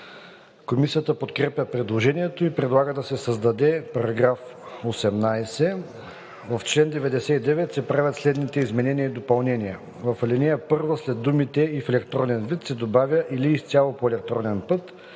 Комисията подкрепя предложението и предлага да се създаде § 18: „§ 18. В чл. 99 се правят следните изменения и допълнения: 1. В ал. 1 след думите „и в електронен вид“ се добавя „или изцяло по електронен път,